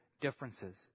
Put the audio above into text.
differences